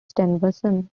stevenson